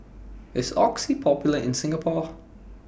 IS Oxy Popular in Singapore